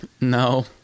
No